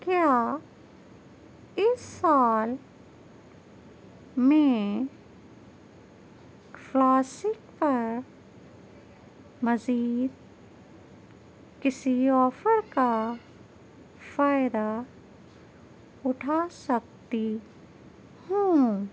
کیا اس سال میں فلاسک پر مزید کسی آفر کا فائدہ اٹھا سکتی ہوں